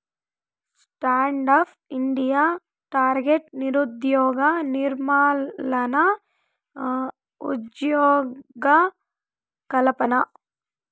stand up India target నిరుద్యోగ నిర్మూలన, ఉజ్జోగకల్పన